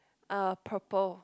uh purple